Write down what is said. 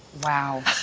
wow.